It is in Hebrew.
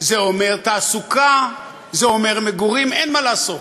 זה אומר תעסוקה, זה אומר מגורים, אין מה לעשות.